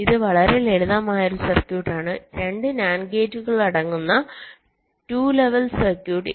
ഇത് വളരെ ലളിതമായ ഒരു സർക്യൂട്ട് ആണ് 2 NAND ഗേറ്റുകൾ അടങ്ങുന്ന 2 ലെവൽ സർക്യൂട്ട്